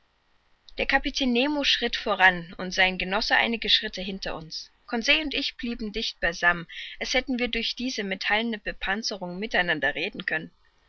der kapitän nemo schritt voran und sein genosse einige schritte hinter uns conseil und ich blieben dicht beisammen als hätten wir durch diese metallene bepanzerung mit einander reden können